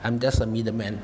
I'm just a middle man